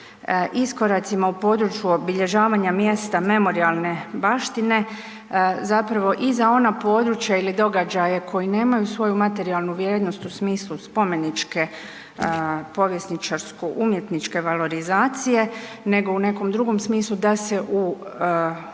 iskoracima u području obilježavanja mjesta memorijalne baštine zapravo i za ona područja ili događaje koji nemaju svoju materijalnu vrijednost u smislu spomeničke povjesničarsko umjetničke valorizacije nego u nekom drugom smislu da se u,